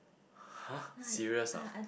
har serious ah